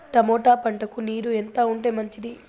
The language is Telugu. టమోటా పంటకు నీరు ఎంత ఉంటే మంచిది?